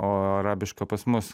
o arabiška pas mus